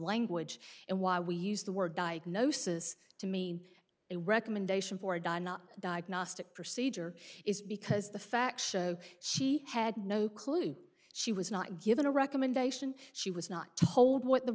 language and why we use the word diagnosis to mean a recommendation for a diagnostic procedure is because the fact she had no clue she was not given a recommendation she was not told what the